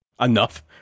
enough